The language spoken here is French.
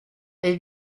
est